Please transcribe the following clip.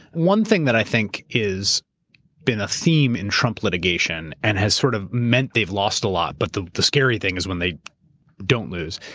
one thing that i think is been a theme in trump litigation and has sort of meant they've lost a lot, but the the scary thing is when they don't lose,